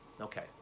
Okay